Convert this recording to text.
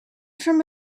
from